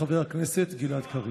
חבר הכנסת גלעד קריב.